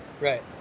Right